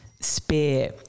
Spare